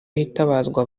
hitabazwa